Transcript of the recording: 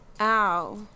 Ow